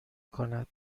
کند